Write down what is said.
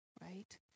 right